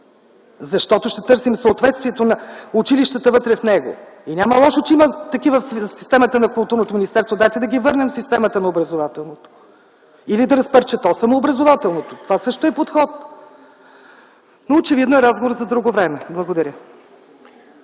защото ще търсим съответствието на училищата вътре в него. Няма лошо, че има такива в системата на Културното министерството. Дайте да ги върнем в системата на Образователното министерство или да разпарчетосаме Образователното министерство. Това също е подход, но очевидно е разговор за друго време. Благодаря.